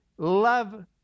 Love